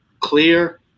clear